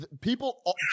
people